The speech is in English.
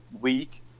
week